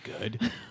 good